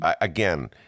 Again